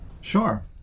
Sure